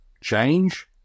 change